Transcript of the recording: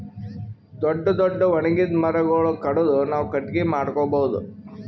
ದೊಡ್ಡ್ ದೊಡ್ಡ್ ಒಣಗಿದ್ ಮರಗೊಳ್ ಕಡದು ನಾವ್ ಕಟ್ಟಗಿ ಮಾಡ್ಕೊಬಹುದ್